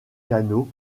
canaux